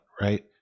Right